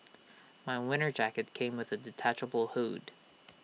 my winter jacket came with A detachable hood